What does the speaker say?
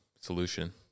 solution